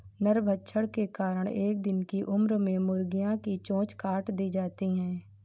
नरभक्षण के कारण एक दिन की उम्र में मुर्गियां की चोंच काट दी जाती हैं